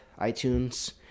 iTunes